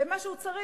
ומה שהוא צריך,